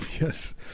Yes